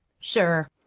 sure,